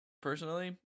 personally